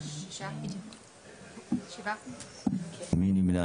7. מי נמנע?